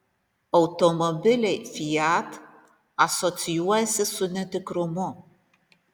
automobiliai fiat asocijuojasi su netikrumu